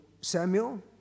Samuel